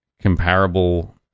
comparable